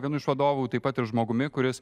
vienu iš vadovų taip pat ir žmogumi kuris